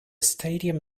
stadium